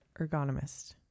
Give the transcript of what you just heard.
ergonomist